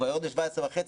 ירד ל-17.5,